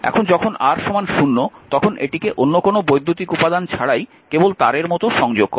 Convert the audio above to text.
এবং যখন R 0 তখন এটিকে অন্য কোনো বৈদ্যুতিক উপাদান ছাড়াই কেবল তারের মতো সংযোগ করে